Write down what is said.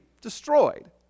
destroyed